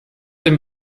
dem